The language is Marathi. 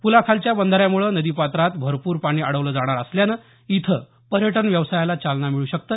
पुलाखालच्या बंधाऱ्यामुळे नदीपात्रात भरपूर पाणी अडवलं जाणार असल्यानं इथं पर्यटन व्यवसायाला चालना मिळू शकते